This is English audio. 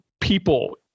people